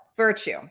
Virtue